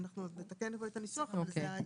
הסטנדרטים האלה הרי מקובלים עלינו ואנחנו כתבנו את זה.